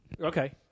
Okay